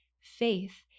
Faith